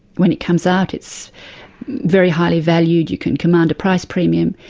when it comes out it's very highly valued, you can command a price premium,